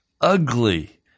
ugly